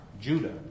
Judah